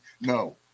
no